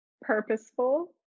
purposeful